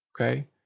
okay